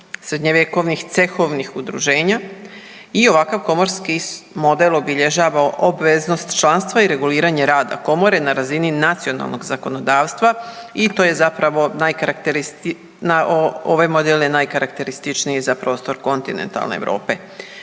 srednjovjekovnih cehovnih udruženja i ovakav komorski model obilježava obveznost članstva i reguliranje rada komore na razini nacionalnog zakonodavstva i to je zapravo ovaj model je najkarakterističniji za prostor kontinentalne Europe.